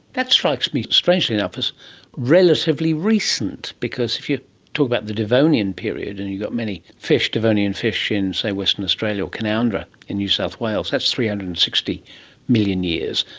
that strikes me, strangely enough, as relatively recent because if you talk about the devonian period and you've got many devonian fish in, say, western australia or canowindra in new south wales, that's three hundred and sixty million years,